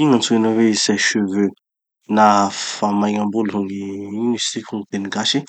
Ino gn'antsoina hoe sèche-cheveux na famaignam-bolo ho gny, ino izy tiky, ho gny teny gasy.